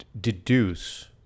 deduce